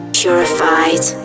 purified